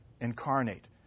incarnate